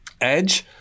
Edge